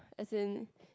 as in